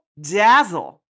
dazzle